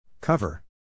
Cover